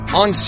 on